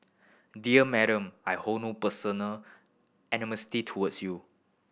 dear Madam I hold no personal animosity towards you